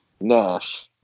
Nash